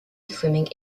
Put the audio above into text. swimming